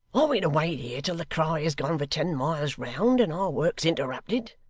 are we to wait here, till the cry has gone for ten miles round, and our work's interrupted